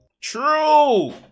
True